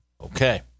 Okay